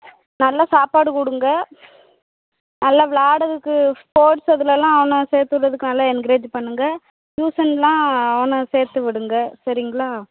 நல்லா சாப்பாடு கொடுங்க நல்லா விளாட்றதுக்கு ஸ்போர்ட்ஸ் இதிலேல்லாம் அவனை சேர்த்து விடுறதுக்கு நல்லா என்கரேஜ் பண்ணுங்க டியூசன்லாம் அவனை சேர்த்து விடுங்க சரிங்களா